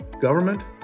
government